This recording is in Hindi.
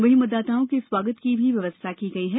वहीं मतदाताओं के स्वागत की भी व्यवस्था की गई है